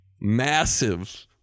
massive